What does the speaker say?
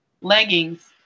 Leggings